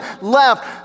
left